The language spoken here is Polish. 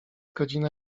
godzina